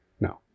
No